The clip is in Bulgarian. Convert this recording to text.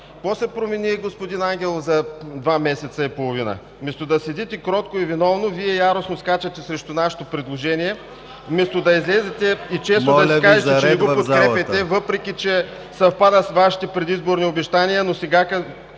Моля Ви за ред в залата.